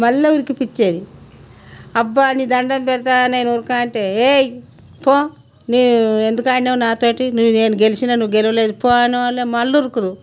మళ్ళీ ఉరికింపించేది అబ్బా నీకు దండం పెడతాను నేను ఉరకను అంటే ఏయి పో నువ్వు ఎందుకు ఆడావు నాతోటి నువ్వు నేను గెలిచాను నువ్వు గెలవలేదు పో అనేవాళ్ళు మళ్ళీ ఉరుకులు